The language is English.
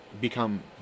become